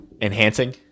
Enhancing